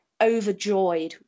overjoyed